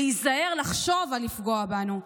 להיזהר מלחשוב על לפגוע בנו.